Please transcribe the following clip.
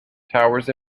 towers